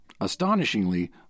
Astonishingly